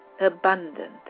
abundant